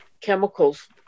chemicals